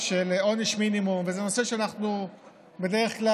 של עונש מינימום, וזה נושא שאנחנו בדרך כלל